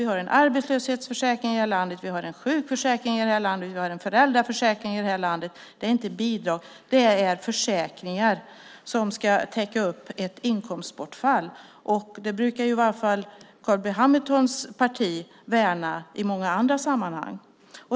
Vi har en arbetslöshetsförsäkring i det här landet, vi har en sjukförsäkring i det här landet, och vi har en föräldraförsäkring i det här landet. Det är inte bidrag, det är försäkringar som ska täcka upp inkomstbortfall. Det brukar i alla fall Carl B Hamiltons parti värna i många andra sammanhang.